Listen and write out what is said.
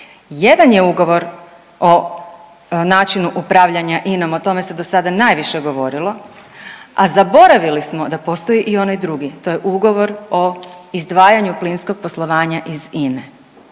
jedan je ugovor o načinu upravljanja Inom o tome se do sada najviše govorilo, a zaboravili smo da postoji i onaj drugi, to je ugovor o izdvajanju plinskog poslovanja iz Ine.